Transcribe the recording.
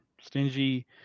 stingy